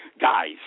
guys